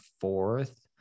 fourth